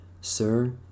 Sir